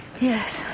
Yes